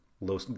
low